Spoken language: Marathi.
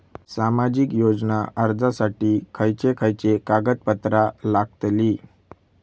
सामाजिक योजना अर्जासाठी खयचे खयचे कागदपत्रा लागतली?